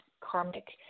karmic